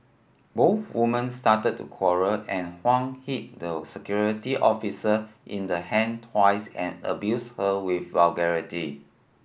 both women started to quarrel and Huang hit the security officer in the hand twice and abused her with vulgarity